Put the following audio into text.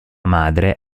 madre